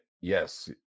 Yes